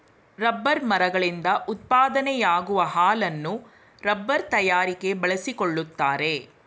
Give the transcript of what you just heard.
rubber ಮರಗಳಿಂದ ಉತ್ಪಾದನೆಯಾಗುವ ಹಾಲನ್ನು ರಬ್ಬರ್ ತಯಾರಿಕೆ ಬಳಸಿಕೊಳ್ಳುತ್ತಾರೆ